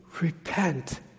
repent